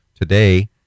today